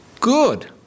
good